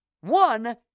One